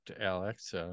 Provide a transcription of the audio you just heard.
Alex